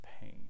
pain